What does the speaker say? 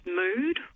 mood